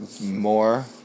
more